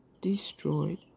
destroyed